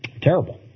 Terrible